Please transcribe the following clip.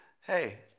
hey